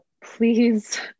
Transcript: please